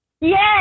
Yes